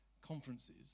conferences